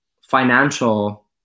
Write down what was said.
financial